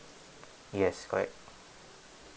yes correct